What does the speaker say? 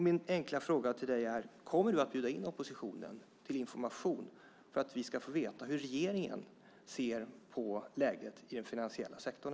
Min enkla fråga till dig är: Kommer du att bjuda in oppositionen till information för att vi ska få veta hur regeringen ser på läget i den finansiella sektorn?